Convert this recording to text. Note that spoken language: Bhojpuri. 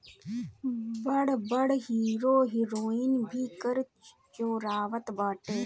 बड़ बड़ हीरो हिरोइन भी कर चोरावत बाटे